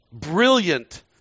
Brilliant